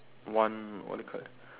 one what do you call that